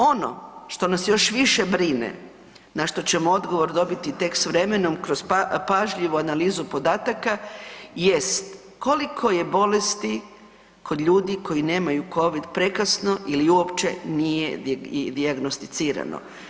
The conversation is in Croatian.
Ono što nas još više brine, na što ćemo odgovor dobiti tek s vremenom kroz pažljivu analizu podataka jest koliko je bolesti kod ljudi koji nemaju Covid prekasno ili uopće nije dijagnosticirano.